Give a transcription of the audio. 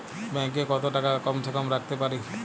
Bank এ কত টাকা কম সে কম রাখতে পারি?